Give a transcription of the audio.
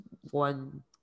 one